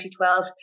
2012